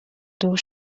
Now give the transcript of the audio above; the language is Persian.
دور